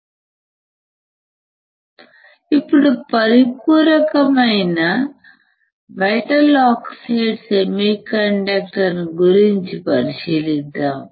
Refer slide Time 4033 ఇప్పుడు పరిపూరకరమైన metal oxide semiconductor గురించి పరిశీలిద్దాం